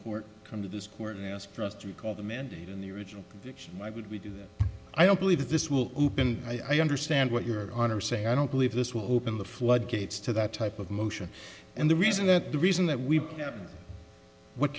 court come to this court and ask for us to call the mandate in the original conviction why would we do that i don't believe that this will open i understand what your honor say i don't believe this will open the floodgates to that type of motion and the reason that the reason that we